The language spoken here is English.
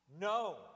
no